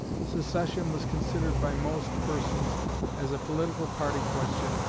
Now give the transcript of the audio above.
secession was considered by most persons as a political party question,